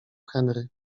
henry